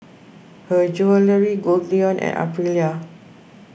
Her Jewellery Goldlion and Aprilia